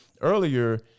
earlier